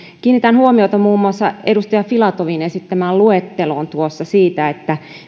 kiinnitän huomiota muun muassa edustaja filatovin tuossa esittämään luetteloon siitä